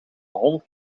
hond